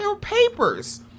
papers